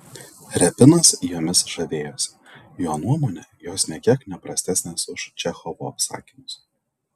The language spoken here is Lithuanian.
repinas jomis žavėjosi jo nuomone jos nė kiek ne prastesnės už čechovo apsakymus